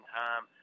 time